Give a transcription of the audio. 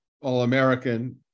All-American